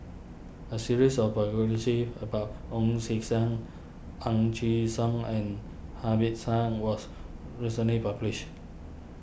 a series of biographies about Ong sea Sen Ang chi Siong and Hamid son was recently published